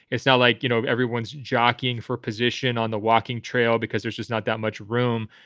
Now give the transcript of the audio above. it's now like, you know, everyone's jockeying for position on the walking trail because there's just not that much room.